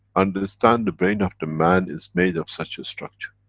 understand the brain of the man, is made of such a structure.